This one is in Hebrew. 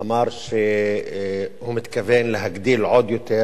אמר שהוא מתכוון להגדיל עוד יותר